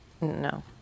no